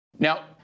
Now